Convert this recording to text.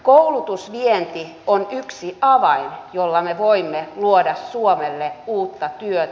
koulutusvienti on yksi avain jolla me voimme luoda suomelle uutta työtä